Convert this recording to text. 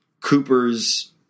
Cooper's